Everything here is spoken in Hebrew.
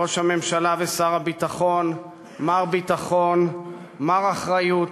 ראש הממשלה ושר הביטחון, מר ביטחון, מר אחריות,